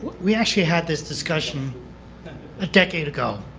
we actually had this discussion a decade ago,